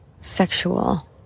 sexual